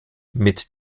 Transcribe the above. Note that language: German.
mit